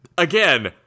Again